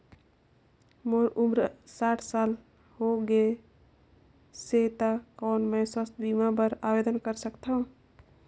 मोर उम्र साठ साल हो गे से त कौन मैं स्वास्थ बीमा बर आवेदन कर सकथव?